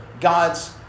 God's